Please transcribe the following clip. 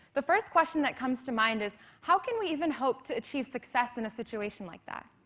the first question that comes to mind is, how can we even hope to achieve success in a situation like that?